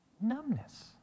numbness